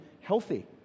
healthy